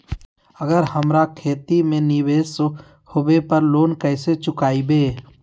अगर हमरा खेती में निवेस होवे पर लोन कैसे चुकाइबे?